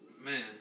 Man